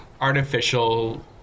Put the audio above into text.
artificial